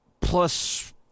plus